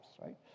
right